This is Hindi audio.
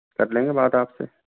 कर लेंगे बात आप से